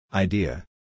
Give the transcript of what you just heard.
Idea